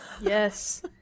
Yes